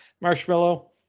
marshmallow